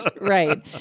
Right